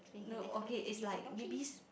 no okay is like maybe